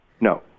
No